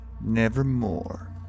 nevermore